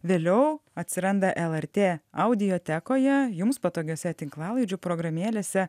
vėliau atsiranda lrt audiotekoje jums patogiose tinklalaidžių programėlėse